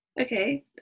Okay